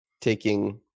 taking